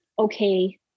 okay